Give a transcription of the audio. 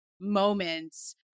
moments